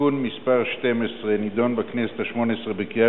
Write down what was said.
(תיקון מס' 12) נדונה בכנסת השמונה-עשרה בקריאה